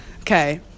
okay